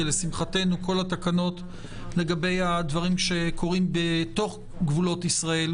כי לשמחתנו כל התקנות לגבי הדברים שקורים בתוך גבולות ישראל,